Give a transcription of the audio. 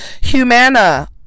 Humana